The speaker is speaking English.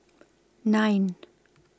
nine